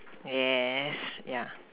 yes yeah